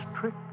trick